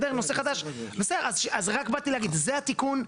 רק באתי להגיד שזה התיקון.